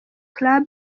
club